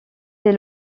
des